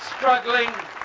struggling